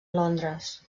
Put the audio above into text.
londres